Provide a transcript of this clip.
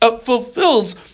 fulfills